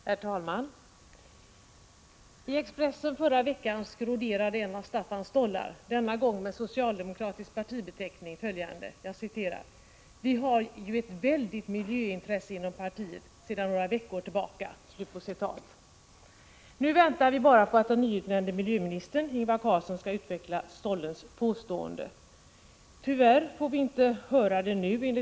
Herr talman! I Expressen förra veckan skroderade en av Staffans stollar, denna gång med socialdemokratisk partibeteckning, följande: ”Vi har ett väldigt miljöintresse inom partiet — sedan flera veckor tillbaka.” Nu väntar vi bara på att den nyutnämnde miljöministern Ingvar Carlsson skall utveckla stollens påstående. Tyvärr får vi inte höra honom göra det nu.